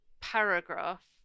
paragraph